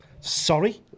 sorry